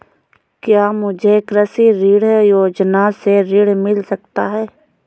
क्या मुझे कृषि ऋण योजना से ऋण मिल सकता है?